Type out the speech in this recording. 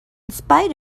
spite